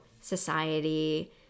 society